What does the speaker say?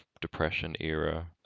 Depression-era